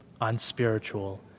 unspiritual